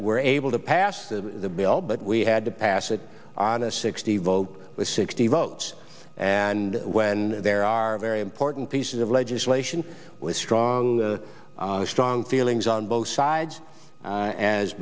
were able to pass the bill but we had to pass it on a sixty vote with sixty votes and when there are very important pieces of legislation with strong strong feelings on both sides